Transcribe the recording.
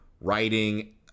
writing